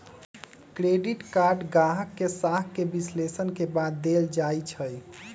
credit card गाहक के साख के विश्लेषण के बाद देल जाइ छइ